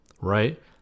right